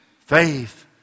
faith